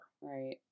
Right